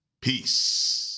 Peace